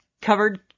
covered